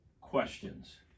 questions